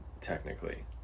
technically